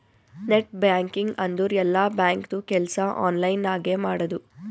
net banking ಅಂದುರ್ ಎಲ್ಲಾ ಬ್ಯಾಂಕ್ದು ಕೆಲ್ಸಾ ಆನ್ಲೈನ್ ನಾಗೆ ಮಾಡದು